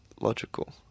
logical